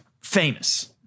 famous